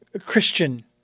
Christian